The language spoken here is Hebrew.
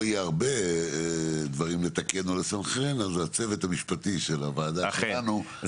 יהיה הרבה דברים לתקן או לסנכרן אז הצוות המשפטי של הוועדה שלנו,